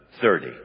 thirty